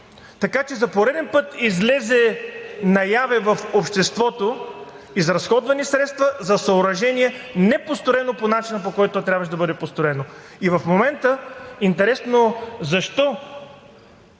Така че за пореден път излезе наяве в обществото – изразходвани средства за съоръжение, непостроено по начина, по който трябваше да бъде построено. И в момента, интересно защо